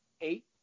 eight